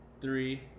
three